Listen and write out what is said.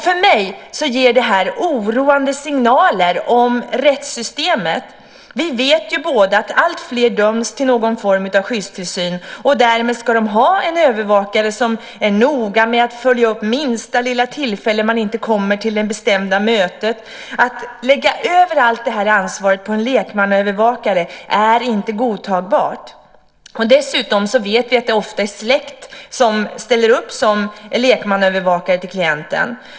För mig ger det här oroande signaler om rättssystemet. Vi vet båda att alltfler döms till någon form av skyddstillsyn. Därmed ska de ha en övervakare som är noga med att följa upp minsta lilla tillfälle som den dömde inte kommer till det bestämda mötet. Att lägga över allt detta ansvar på en lekmannaövervakare är inte godtagbart. Dessutom vet vi att det ofta är släktingar som ställer upp som lekmannaövervakare till klienten.